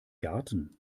garten